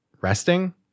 resting